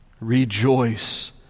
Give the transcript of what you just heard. rejoice